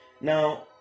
Now